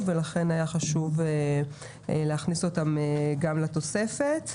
ולכן היה חשוב להכניס אותם גם לתוספת.